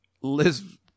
Liz